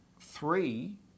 three